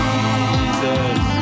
Jesus